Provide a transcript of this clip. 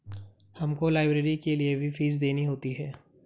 हमको लाइब्रेरी के लिए भी फीस देनी होती है